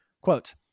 Quote